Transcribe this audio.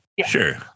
sure